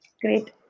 Great